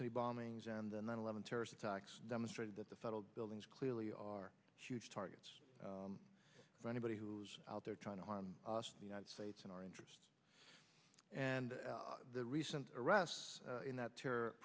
city bombings and the nine eleven terrorist attacks demonstrated that the federal buildings clearly are huge targets for anybody who's out there trying to harm the united states and our interests and the recent arrests in that terror